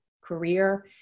career